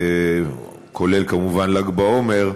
כולל כמובן ל"ג בעומר,